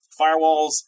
firewalls